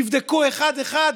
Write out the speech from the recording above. יבדקו אחד-אחד,